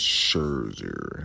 Scherzer